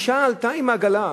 אשה עלתה עם עגלה,